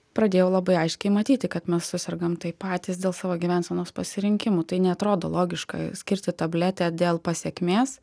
pradėjau labai aiškiai matyti kad mes susergam tai patys dėl savo gyvensenos pasirinkimų tai neatrodo logiška skirti tabletę dėl pasekmės